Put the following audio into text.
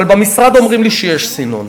אבל במשרד אומרים לי שיש סינון.